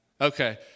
Okay